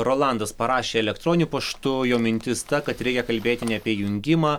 rolandas parašė elektroniniu paštu jo mintis ta kad reikia kalbėti ne apie jungimą